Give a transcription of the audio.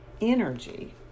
energy